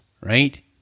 right